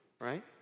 right